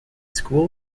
school